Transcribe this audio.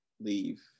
leave